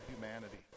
humanity